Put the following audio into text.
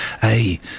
Hey